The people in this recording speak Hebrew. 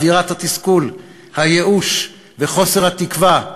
אווירת התסכול, הייאוש וחוסר התקווה,